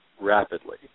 rapidly